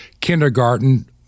kindergarten